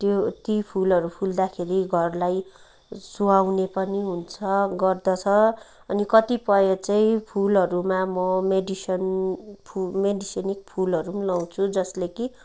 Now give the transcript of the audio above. त्यो ती फुलहरू फुल्दाखेरि घरलाई सुहाउने पनि हुन्छ गर्दछ अनि कतिपय चाहिँ फुलहरूमा म मेडिसन फु मेडिसनिक फुलहरू नि लाउँछु जसले कि